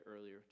earlier